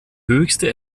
höchste